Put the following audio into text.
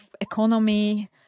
economy